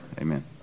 Amen